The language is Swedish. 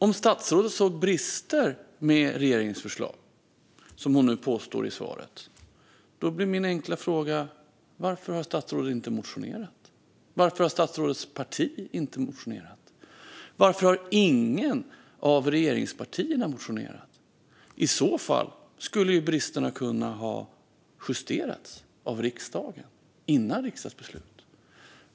Om statsrådet såg brister med regeringens förslag, som hon nu påstår i svaret, blir mina enkla frågor: Varför har statsrådet inte motionerat? Varför har statsrådets parti inte motionerat? Varför har inget av regeringspartierna motionerat? I så fall skulle ju bristerna ha kunnat justeras av riksdagen före riksdagsbeslutet.